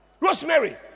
Rosemary